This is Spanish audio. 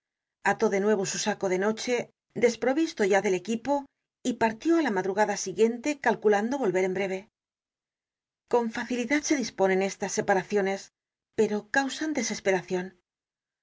ató de nuevo su saco de noche desprovisto ya del equipo y partió á la madrugada siguiente calculando volver en breve con facilidad se disponen estas separaciones pero causan la desesperacion